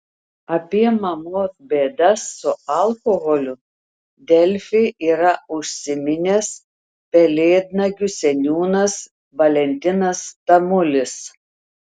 apie mamos bėdas su alkoholiu delfi yra užsiminęs pelėdnagių seniūnas valentinas tamulis